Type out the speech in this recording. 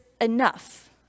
enough